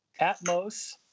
Atmos